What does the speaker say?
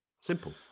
Simple